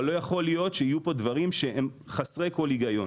אבל לא יכול להיות שיהיו פה דברים שהם חסרי כל היגיון.